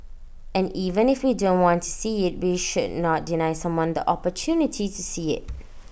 and even if we don't want to see IT we should not deny someone the opportunity to see IT